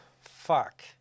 fuck